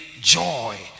joy